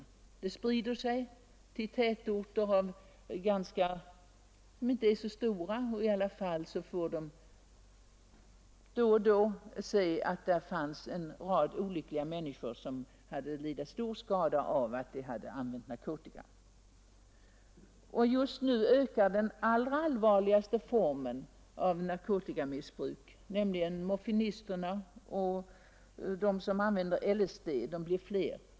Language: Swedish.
Narkotikamissbruket sprider sig till tätorter som inte är så stora, och man får se att även där finns en rad olyckliga människor som lidit stor skada av att de använt narkotika. Och just nu ökar den allra allvarligaste formen av narkotikamissbruk — morfinisterna och de som använder LSD blir fler.